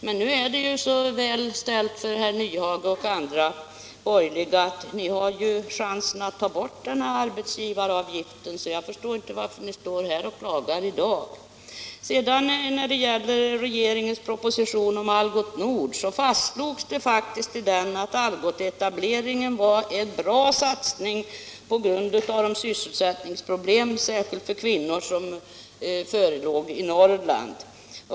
Men nu är det ju så väl ställt för herr Nyhage och andra borgerliga att de har chansen att ta bort arbetsgivaravgifterna. Jag förstår därför inte varför ni står här och klagar i dag. När det sedan gäller regeringens proposition om Algots Nord så fastslogs det faktiskt i den propositionen att etableringen av Algots var en bra satsning med hänsyn till de sysselsättningsproblem, speciellt för kvinnor, som fanns i Norrland.